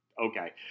okay